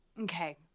Okay